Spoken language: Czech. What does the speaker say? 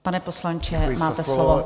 Pan poslanče, máte slovo.